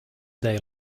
they